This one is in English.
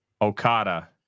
Okada